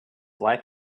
life